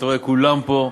אתה רואה, כולם פה,